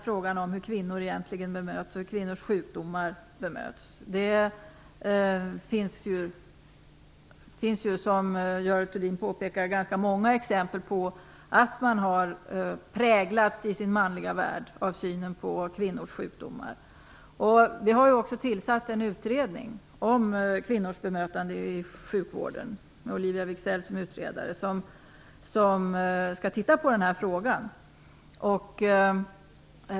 Frågan om hur kvinnor och kvinnors sjukdomar bemöts är intressant. Det finns, som Görel Thurdin påpekar, ganska många exempel på att man har präglats i sin manliga värld av synen på kvinnors sjukdomar. Vi har tillsatt en utredning om hur kvinnor bemöts i sjukvården, med Olivia Wigzell som utredare.